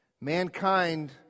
Mankind